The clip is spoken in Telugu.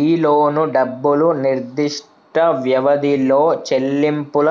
ఈ లోను డబ్బులు నిర్దిష్ట వ్యవధిలో చెల్లింపుల